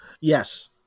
yes